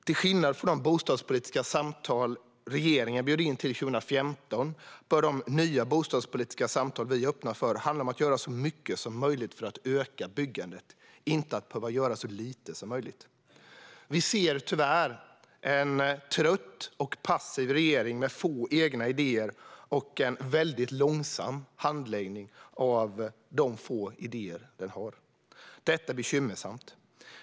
Till skillnad från de bostadspolitiska samtal regeringen bjöd in till 2015 bör de nya bostadspolitiska samtal vi öppnar för handla om att göra så mycket som möjligt för att öka byggandet, inte om att behöva göra så lite som möjligt. Vi ser tyvärr en trött och passiv regering med få egna idéer och en väldigt långsam handläggning av de få idéer den har. Det är bekymmersamt.